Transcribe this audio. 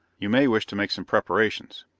you may wish to make some preparations.